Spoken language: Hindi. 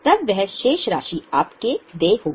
तब वह शेष राशि आपके देय होगी